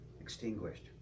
extinguished